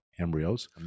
embryos